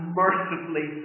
mercifully